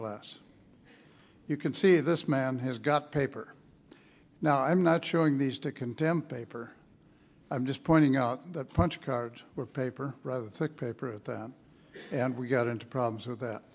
glass you can see this man has got paper now i'm not showing these to condemn paper i'm just pointing out that punch cards were paper thick paper at that and we got into problems with that